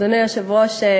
אדוני היושב-ראש,